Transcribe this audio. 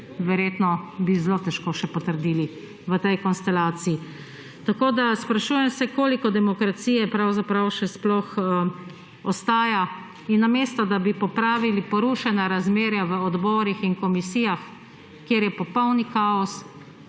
verjetno zelo težko še potrdili v tej konstelaciji. Sprašujem se, koliko demokracije pravzaprav sploh še ostaja. Namesto da bi popravili porušena razmerja v odborih in komisijah, kjer je popolni kaos,